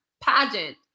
pageant